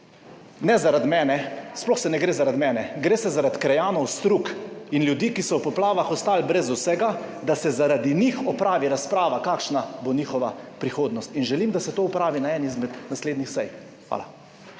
ne zaradi sebe, sploh ne gre zaradi mene, gre zaradi krajanov Strug in ljudi, ki so v poplavah ostali brez vsega, da se zaradi njih opravi razprava, kakšna bo njihova prihodnost. Želim, da se to opravi na eni izmed naslednjih sej. Hvala.